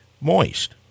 moist